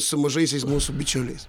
su mažaisiais mūsų bičiuliais